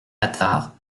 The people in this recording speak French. attard